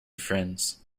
friends